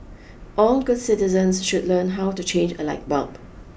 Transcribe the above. all good citizens should learn how to change a light bulb